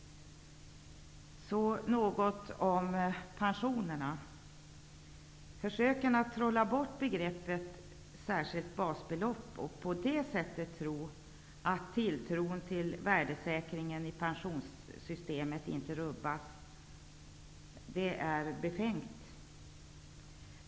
Så något om pensionerna. Försöket att trolla bort begreppet ''Särskilt basbelopp'' och att tro att tilltron till värdesäkringen i pensionssystemet därmed inte rubbas är befängt.